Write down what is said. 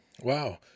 wow